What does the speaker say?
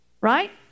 Right